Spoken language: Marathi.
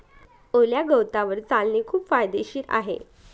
ओल्या गवतावर चालणे खूप फायदेशीर आहे